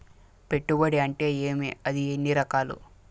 పెట్టుబడి అంటే ఏమి అది ఎన్ని రకాలు